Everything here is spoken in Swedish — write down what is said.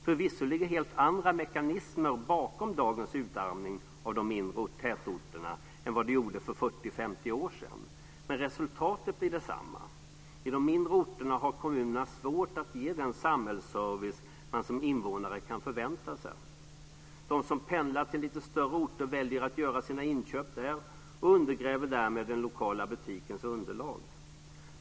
Förvisso ligger helt andra mekanismer bakom dagens utarmning av de mindre tätorterna än vad det gjorde för 40-50 år sedan. Men resultatet blir detsamma. I de mindre orterna har kommunerna svårt att ge den samhällsservice som man som invånare kan förvänta sig. De som pendlar till lite större orter väljer att göra sina inköp där och undergräver därmed den lokala butikens underlag.